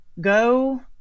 go